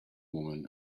woman